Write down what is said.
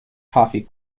toffee